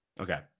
Okay